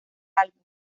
álbum